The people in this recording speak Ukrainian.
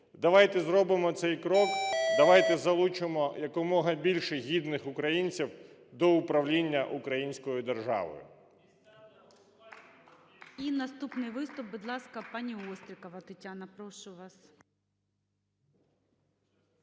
Давайте зробимо цей крок. Давайте залучимо якомога більше гідних українців до управління українською державою.